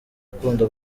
akunda